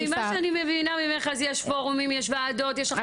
ממה שאני מבינה ממך אז יש פורומים, יש ועדות,